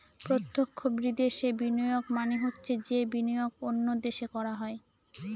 প্রত্যক্ষ বিদেশে বিনিয়োগ মানে হচ্ছে যে বিনিয়োগ অন্য দেশে করা হয়